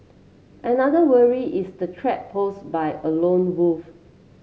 another worry is the threat posed by a lone wolf